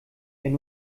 wenn